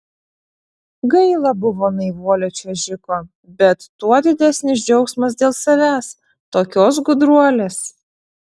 gaila buvo naivuolio čiuožiko bet tuo didesnis džiaugsmas dėl savęs tokios gudruolės